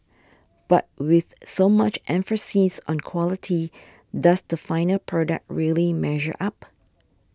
but with so much emphasis on quality does the final product really measure up